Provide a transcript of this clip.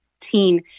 teen